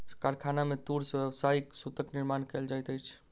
कारखाना में तूर से व्यावसायिक सूतक निर्माण कयल जाइत अछि